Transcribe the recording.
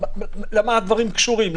למה הדברים קשורים?